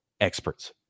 experts